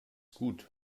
gut